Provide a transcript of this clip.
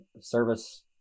service